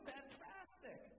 Fantastic